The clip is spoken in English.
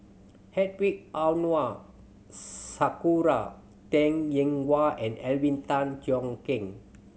Hedwig Anuar Sakura Teng Ying Hua and Alvin Tan Cheong Kheng